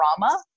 drama